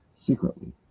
secretly